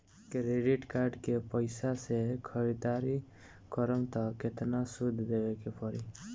Credit card के पैसा से ख़रीदारी करम त केतना सूद देवे के पड़ी?